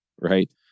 right